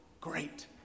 great